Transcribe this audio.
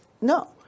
no